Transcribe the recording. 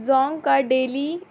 زونگ کا ڈیلی